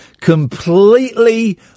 Completely